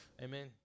Amen